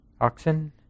oxen